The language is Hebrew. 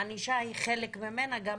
הענישה היא חלק ממנה, גם